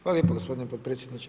Hvala lijepo gospodine potpredsjedniče.